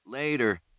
Later